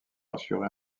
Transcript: assurer